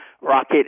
rocket